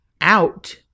out